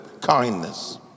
kindness